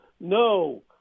No